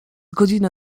godzinę